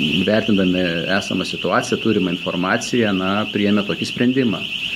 įvertindami esamą situaciją turimą informaciją na priėmė tokį sprendimą